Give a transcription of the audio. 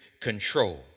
control